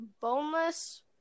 boneless